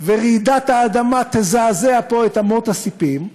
ורעידת האדמה תזעזע פה את אמות הספים,